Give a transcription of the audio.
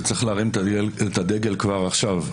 שצריך להרים את הדגל כבר עכשיו.